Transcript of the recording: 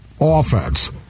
offense